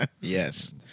Yes